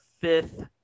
fifth